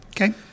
Okay